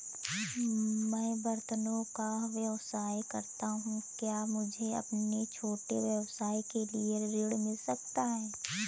मैं बर्तनों का व्यवसाय करता हूँ क्या मुझे अपने छोटे व्यवसाय के लिए ऋण मिल सकता है?